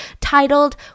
titled